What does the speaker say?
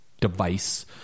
device